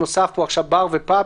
בר ופאב,